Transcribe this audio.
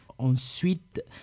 Ensuite